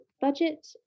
budget